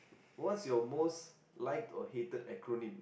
what's your most liked or hated acronym